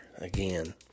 Again